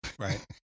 Right